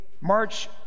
march